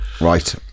Right